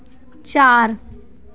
ਚਾਰ